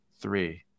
Three